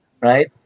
right